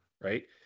right